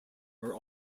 are